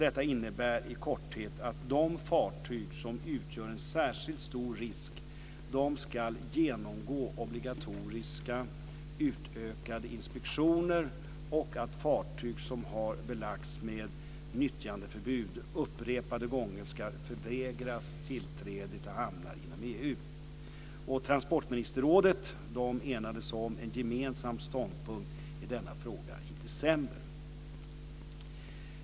Detta innebär i korthet att de fartyg som utgör en särskilt stor risk ska genomgå obligatoriska utökade inspektioner och att fartyg som har belagts med nyttjandeförbud upprepade gånger ska förvägras tillträde till hamnar inom EU. Transportministerrådet enades om en gemensam ståndpunkt i denna fråga i december.